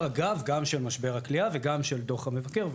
אגב גם של משבר הכליאה וגם של דוח המבקר וכו'.